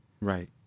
right